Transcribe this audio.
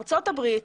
בארצות הברית,